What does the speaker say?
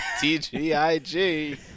T-G-I-G